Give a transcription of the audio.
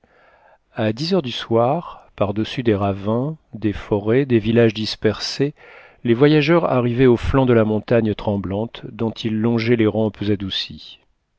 a dix heures du soir par-dessus des ravins des forêts des villages dispersés les voyageurs arrivaient au flanc de la montagne tremblante dont ils longeaient les rampes